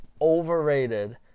overrated